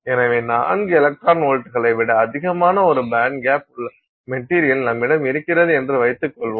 எனவே 4 எலக்ட்ரான் வோல்ட்டுகளை விட அதிகமான ஒரு பேண்ட்கேப் உள்ள மெட்டீரியல் நம்மிடம் இருக்கிறது என்று வைத்துக் கொள்வோம்